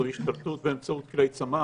זאת השתלטות באמצעות כלי צמ"ה,